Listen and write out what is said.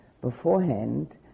beforehand